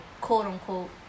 quote-unquote